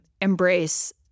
embrace